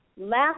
Last